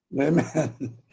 Amen